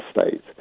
state